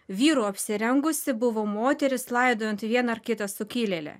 vyru apsirengusi buvo moteris laidojant vieną ar kitą sukilėlę